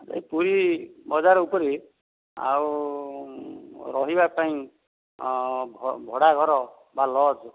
ଏଇ ପୁରୀ ବଜାର ଉପରେ ଆଉ ରହିବା ପାଇଁ ଭଡ଼ା ଘର ବା ଲଜ୍